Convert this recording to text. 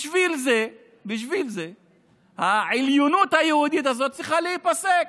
בשביל זה העליונות היהודית הזאת צריכה להיפסק.